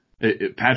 Patrick